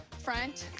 front,